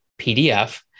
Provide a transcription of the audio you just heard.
PDF